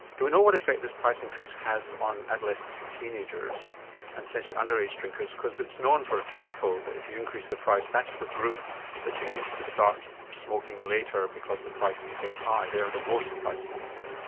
do we know what effect this price increase has on adolescents and teenagers and potentially underage drinkers? because it is known for tobacco that if you increase the price, that's the group that tends to start smoking later because the price is so high, they are the most price sensitive.